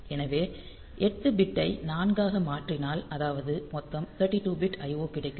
எனவே 8 பிட் ஐ 4 ஆக மாற்றினால் அதாவது மொத்தம் 32 பிட் IO கிடைக்கும்